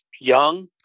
young